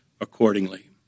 accordingly